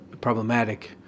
problematic